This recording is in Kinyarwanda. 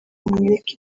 umwereka